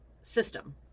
system